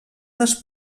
les